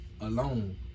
Alone